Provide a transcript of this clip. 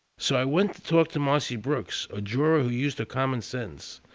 so i went to talk to mossie brookes a jury who used her common sense,